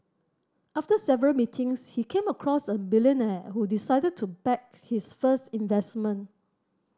after several meetings he came across a billionaire who decided to back his first investment